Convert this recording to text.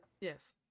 Yes